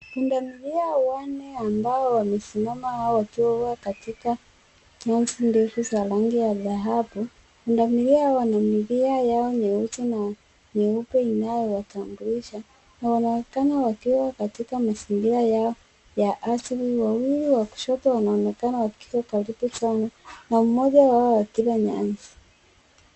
Pundamilia wanne ambao wamesimama wakiwa katika nyasi ndefu za rangi ya dhahabu. Pundamilia wana milia yao nyeusi na nyeupe inayowatambulisha na wanaonekana wakiwa katika mazingira yao ya asili. Wawili wa kushoto wanaonekana wakiwa karibu sana na mmoja wao akila nyasi.